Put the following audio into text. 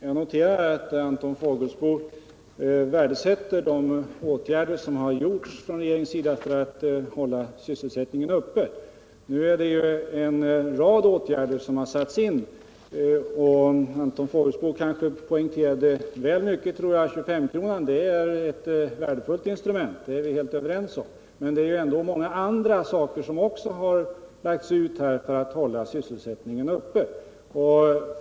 Herr talman! Jag noterar att Anton Fågelsbo värdesätter de åtgärder som regeringen har vidtagit för att hålla sysselsättningen uppe. En rad insatser har gjorts. Anton Fågelsbo kanske väl mycket poängterade just 2S-kronan. Den är ett värdefullt instrument — det är vi överens om — men också många andra insatser har gjorts för att hålla sysselsättningen uppe.